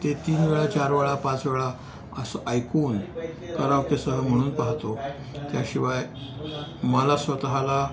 ते तीन वेळा चार वेळा पाच वेळा असं ऐकून करावकेसह म्हणून पाहतो त्याशिवाय मला स्वतःला